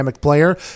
player